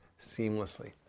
seamlessly